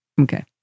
Okay